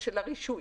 של הרישוי.